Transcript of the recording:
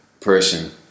person